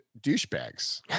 douchebags